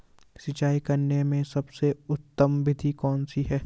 सिंचाई करने में सबसे उत्तम विधि कौन सी है?